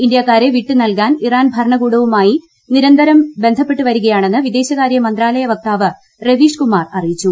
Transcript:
ഇന്ത്യക്കാരെ വിട്ട് നൽകാൻ ഇറാൻ ഭരണകൂടവുമായി നിരന്തരം ബന്ധപ്പെട്ടുവരികയാണെന്ന് വിദേശകാര്യമന്ത്രാലയ വക്താവ് രവീഷ് കുമാർ അറിയിച്ചു